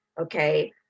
okay